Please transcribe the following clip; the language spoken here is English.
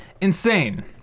insane